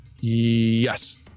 Yes